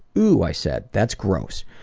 ooh, i said, that's gross.